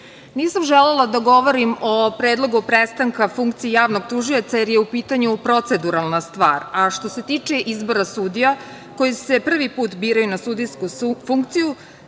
želela da govorim o predlogu prestanka funkcije javnog tužioca, jer je u pitanju proceduralna stvar. Što se tiče izbora sudija koji se prvi put biraju na sudijsku funkciju,